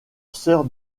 sœur